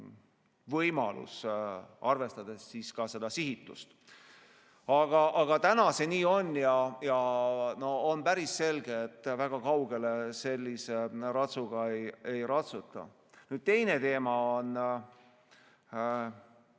võimalus, arvestades ka sihitatust. Aga täna see nii on ja on päris selge, et väga kaugele sellise ratsuga ei ratsuta. Teine teema,